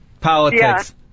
politics